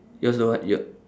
yours don't what you~